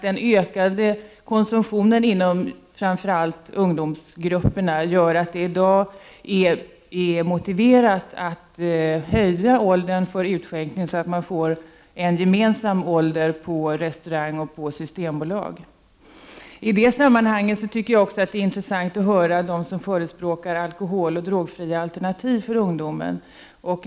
Den ökade konsumtionen inom framför allt ungdomsgrupperna gör att det i dag är motiverat att höja åldern för utskänkning, så att det blir samma åldersgräns på restauranger och Systembolaget. I det sammanhanget är det också intressant att höra på dem som förespråkar alkoholoch drogfria alternativ för ungdomar.